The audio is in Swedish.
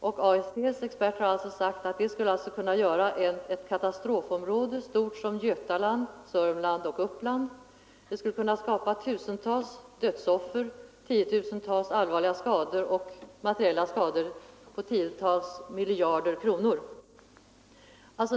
AEC:s experter har sagt att detta skulle kunna orsaka ett katastrofområde stort som Götaland, Södermanland och Uppland, att det skulle vålla tusentals dödsoffer, tiotusentals allvarligt skadade och materiella skador för tiotals miljarder kronor.